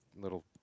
little